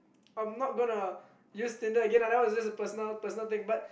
I'm not gonna use Tinder again lah that was just a just a personal personal thing but